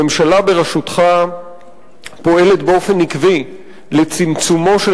הממשלה בראשותך פועלת באופן עקבי לצמצומו של